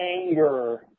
anger